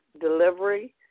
delivery